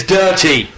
dirty